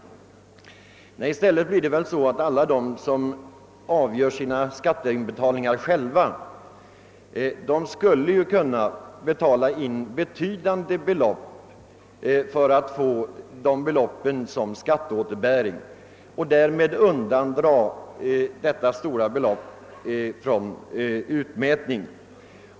Om riksdagen bifaller reservationen blir det i stället så att alla de som själva bestämmer sina skatteinbetalningar, skulle kunna betala in betydande belopp för att erhålla en stor skatteåterbäring och därmed undandra des sa belopp från utmätning.